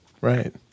right